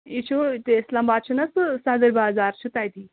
یہِ چھُ ہُتہِ اِسلام باد چھُناہ سُہ سَدٕر بازار چھُ تَتی